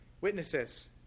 witnesses